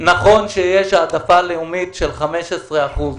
נכון שיש העדפה לאומית של 15 אחוזים,